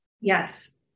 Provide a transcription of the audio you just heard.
Yes